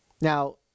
Now